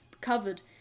covered